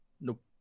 Nope